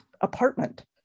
apartment